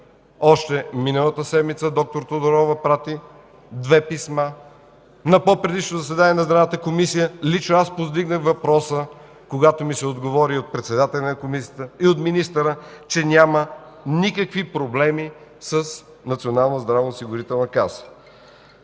още миналата седмица д-р Тодорова изпрати две писма. На пò предишното заседание на Здравната комисия лично аз повдигнах въпроса, когато ми се отговори от председателя на Комисията и от министъра, че няма никакви проблеми с